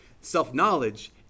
Self-knowledge